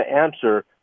answer